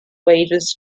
wages